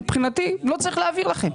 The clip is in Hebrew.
מבחינתי לא צריך להעביר לכם.